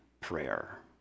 prayer